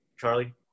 Charlie